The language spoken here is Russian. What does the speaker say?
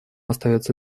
остается